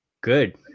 Good